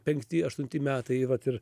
penkti aštunti metai vat ir